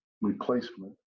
replacement